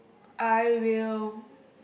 I will